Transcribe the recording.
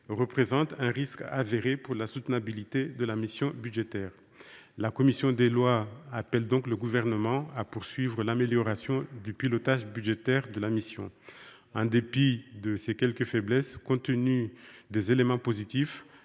représente un risque avéré pour la soutenabilité de la mission budgétaire. La commission des lois appelle donc le Gouvernement à poursuivre l’amélioration du pilotage budgétaire de la mission. En dépit de ces quelques faiblesses, et compte tenu des éléments positifs